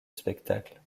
spectacle